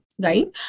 right